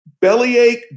bellyache